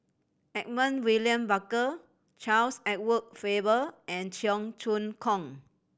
Edmund William Barker Charles Edward Faber and Cheong Choong Kong